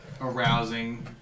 arousing